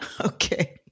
okay